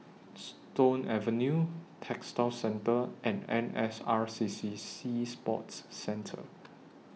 Stone Avenue Textile Centre and N S R C C Sea Sports Centre